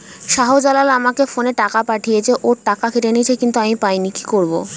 শাহ্জালাল আমাকে ফোনে টাকা পাঠিয়েছে, ওর টাকা কেটে নিয়েছে কিন্তু আমি পাইনি, কি করব?